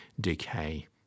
decay